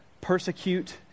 Persecute